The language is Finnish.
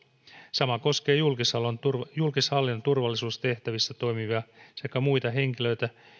sama koskee julkishallinnon julkishallinnon turvallisuustehtävissä toimivia sekä muita henkilöitä